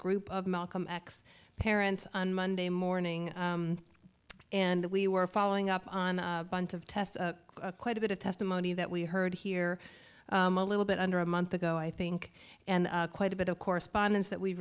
group of malcolm x parents on monday morning and we were following up on bunch of tests quite a bit of testimony that we heard here a little bit under a month ago i think and quite a bit of correspondence that we